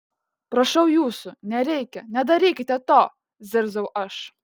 prašau jūsų nereikia nedarykite to zirziau aš